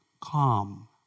calm